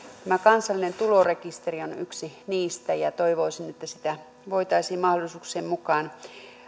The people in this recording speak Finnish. tämä kansallinen tulorekisteri on yksi niistä ja toivoisin että sen tulemista voitaisiin mahdollisuuksien mukaan